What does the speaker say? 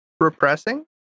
repressing